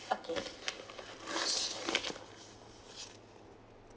okay